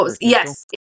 Yes